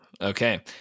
Okay